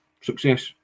success